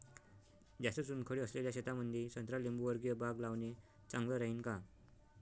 जास्त चुनखडी असलेल्या शेतामंदी संत्रा लिंबूवर्गीय बाग लावणे चांगलं राहिन का?